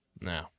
No